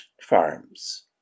farms